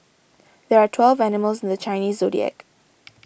there are twelve animals in the Chinese zodiac